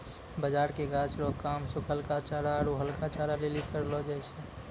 बाजरा के गाछ रो काम सुखलहा चारा आरु हरका चारा लेली करलौ जाय छै